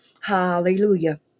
Hallelujah